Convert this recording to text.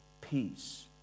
peace